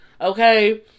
okay